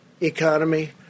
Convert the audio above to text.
economy